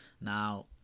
Now